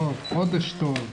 היום יום ראשון בשבוע,